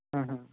ਹੁੰ ਹੁੰ